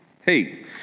Hey